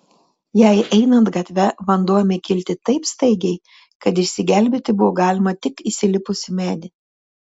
jai einant gatve vanduo ėmė kilti taip staigiai kad išsigelbėti buvo galima tik įsilipus į medį